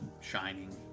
shining